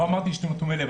לא אמרתי שאתם אטומי לב.